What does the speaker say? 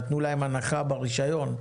נתנו להם הנחה ברישיון.